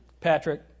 Patrick